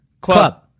Club